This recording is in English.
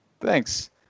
Thanks